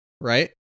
right